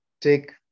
take